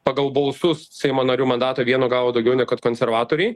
pagal balsus seimo narių mandatą vienu gavo daugiau negu kad konservatoriai